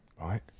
right